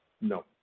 No